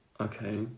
okay